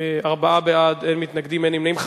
ארבעה בעד, אין מתנגדים ואין נמנעים.